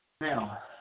Now